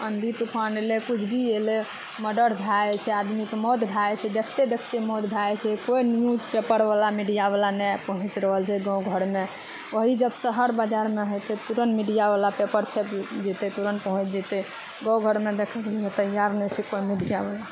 अन्धर तूफान अयलै किछु भी अयलै मर्डर भए जाइ छै आदमीके मौत भए जाइ छै जते देखते मौत भए जाइ छै कोइ न्यूज पेपर बला मीडिया बला नहि पहुँच रहल छै गाँव घरमे वही जब शहर बजारमे होयतै तुरंत मीडिया वला पेपर छै जेतय तुरंत पहुँच जेतय गाँव घर मे देखय मे तैयार नै छै कोइ मीडिया वला